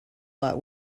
lot